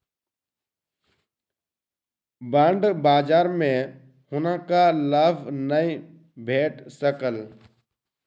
bond बजार में हुनका लाभ नै भेट सकल